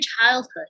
childhood